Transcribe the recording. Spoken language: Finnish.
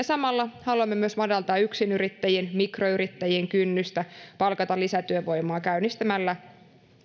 samalla haluamme myös madaltaa yksinyrittäjien mikroyrittäjien kynnystä palkata lisätyövoimaa käynnistämällä